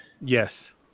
Yes